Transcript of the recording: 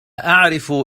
أعرف